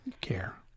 care